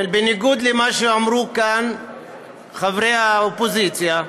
בניגוד למה שאמרו כאן חברי האופוזיציה,